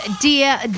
Dear